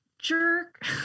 jerk